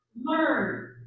learn